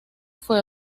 fue